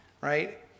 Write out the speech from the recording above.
Right